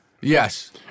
Yes